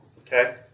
Okay